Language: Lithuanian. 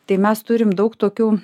tai mes turim daug tokių